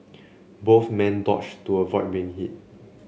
both men dodged to avoid being hit